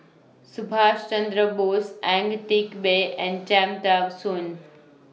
Subhas Chandra Bose Ang Teck Bee and Cham Tao Soon